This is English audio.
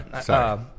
Sorry